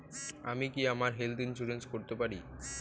আমি কি আমার হেলথ ইন্সুরেন্স করতে পারি?